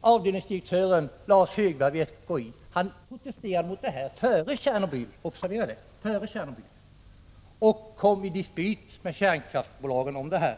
Avdelningsdirektör Lars Högberg vid SKI protesterade alltså mot detta innan Tjernobylolyckan inträffat, observera det, och han kom då i dispyt med kärnkraftsbolagen om detta.